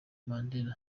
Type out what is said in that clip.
mandela